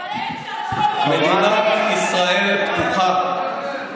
אבל 1,300 מתים, מדינת ישראל פתוחה.